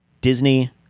Disney